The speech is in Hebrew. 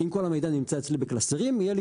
אם כל המידע נמצא אצלי בקלסרים יהיה לי